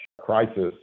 crisis